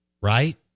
right